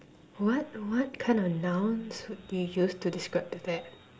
what what kind of nouns would you use to describe that